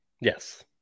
yes